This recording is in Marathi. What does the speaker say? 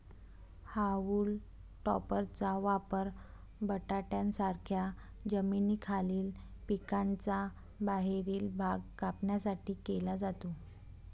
हाऊल टॉपरचा वापर बटाट्यांसारख्या जमिनीखालील पिकांचा बाहेरील भाग कापण्यासाठी केला जातो